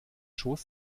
schoß